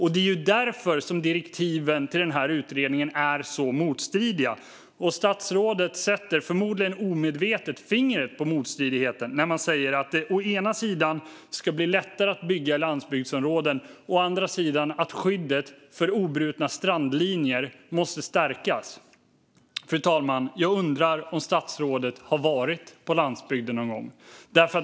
Det är därför som direktiven till utredningen är så motstridiga. Statsrådet sätter förmodligen omedvetet fingret på motstridigheten när han säger att det å ena sidan ska bli lättare att bygga i landsbygdsområden och å andra sidan att skyddet för obrutna strandlinjer måste stärkas. Fru talman! Jag undrar om statsrådet har varit på landsbygden någon gång.